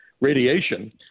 radiation